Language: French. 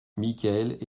michaël